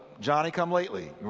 Johnny-come-lately